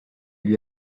lui